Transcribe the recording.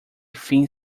thin